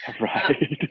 Right